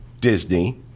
disney